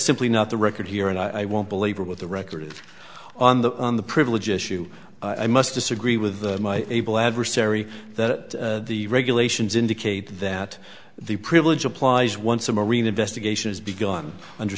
simply not the record here and i won't belabor with the record on the on the privilege issue i must disagree with my able adversary that the regulations indicate that the privilege applies once a marine investigation is begun under